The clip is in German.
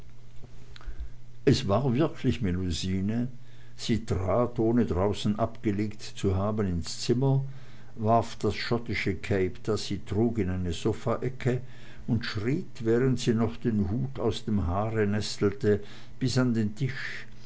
es war wirklich melusine sie trat ohne draußen abgelegt zu haben ins zimmer warf das schottische cape das sie trug in eine sofaecke und schritt während sie noch den hut aus dem haare nestelte bis an den tisch